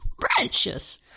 Precious